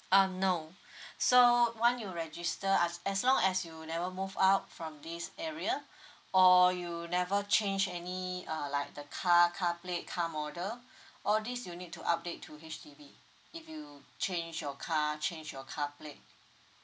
um no so one you register as as long as you never move out from this area or you never change any uh like the car car plate car model all these you'll need to update to H_D_B if you change your car change your car plate